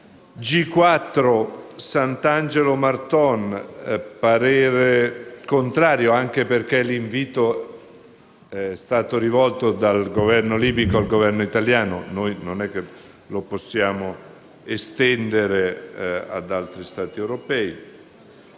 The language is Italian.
Santangelo e Marton, esprimo parere contrario, anche perché l'invito è stato rivolto dal Governo libico al Governo italiano e non lo possiamo estendere ad altri Stati europei.